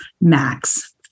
max